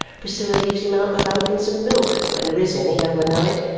priscilla leaves him out the loaf and some milk, when there is any, overnight.